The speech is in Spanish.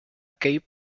cape